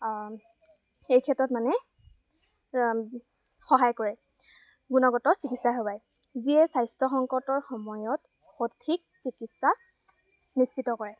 এই ক্ষেত্ৰত মানে সহায় কৰে গুণগত চিকিৎসা সেৱাই যিয়ে স্বাস্থ্য সংকটৰ সময়ত সঠিক চিকিৎসা নিশ্চিত কৰে